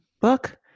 book